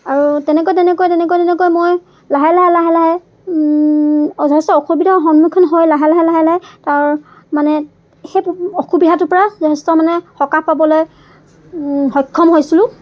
আৰু তেনেকৈ তেনেকৈ তেনেকৈ তেনেকৈ মই লাহে লাহে লাহে লাহে যথেষ্ট অসুবিধাৰ সন্মুখীন হৈ লাহে লাহে লাহে লাহে তাৰ মানে সেই অসুবিধাটোৰ পৰা যথেষ্ট মানে সকাহ পাবলৈ সক্ষম হৈছিলোঁ